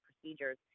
procedures